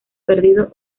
perdido